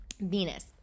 Venus